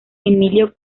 emilio